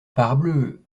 parbleu